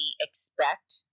expect